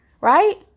Right